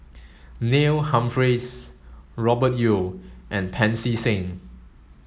Neil Humphreys Robert Yeo and Pancy Seng